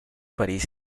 parís